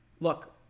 look